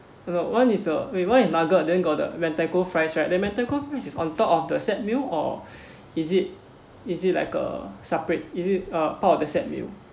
that one is uh wait one is nugget then got the mentaiko fries right the mentaiko this is on top of the set meal or is it is it like a separate is it a part of the set meal